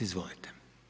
Izvolite.